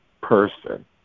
person